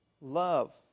Love